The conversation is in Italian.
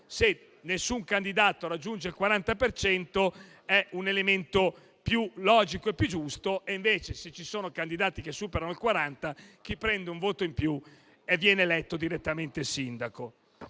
se nessun candidato raggiunge il 40 per cento è quindi un elemento più logico e più giusto; invece, se ci sono candidati che superano il 40 per cento, chi prende un voto in più viene eletto direttamente sindaco.